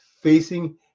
facing